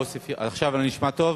עכשיו אני נשמע טוב?